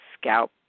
scalp